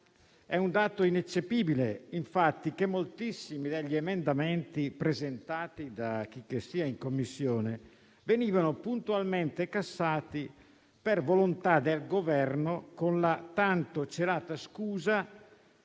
È un dato ineccepibile, infatti, che moltissimi degli emendamenti presentati da chicchessia in Commissione venivano puntualmente cassati per volontà del Governo, con la tanto celata scusa